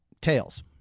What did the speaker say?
Tails